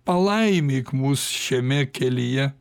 palaimyk mus šiame kelyje